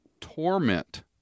torment